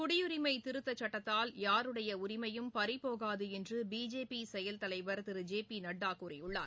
குடியுரிமை திருத்தச் சட்டத்தால் யாருடைய உரிமையும் பறிபோகாது என்று பிஜேபி செயல் தலைவர் திரு ஜே பி நட்டா கூறியுள்ளார்